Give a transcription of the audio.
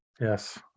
Yes